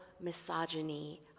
misogyny